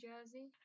Jersey